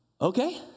okay